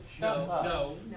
no